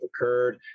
occurred